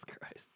Christ